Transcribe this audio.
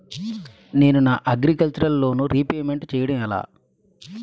నేను నా agriculture loan repayment చేయడం ఎలా?